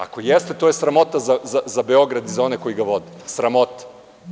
Ako jeste, to je sramota za Beograd i za one koji ga vode, sramota.